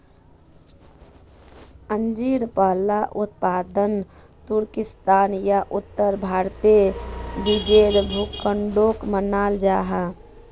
अंजीर पहला उत्पादन तुर्किस्तान या उत्तर भारतेर बीचेर भूखंडोक मानाल जाहा